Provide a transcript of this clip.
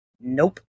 nope